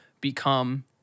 become